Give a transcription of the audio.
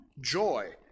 joy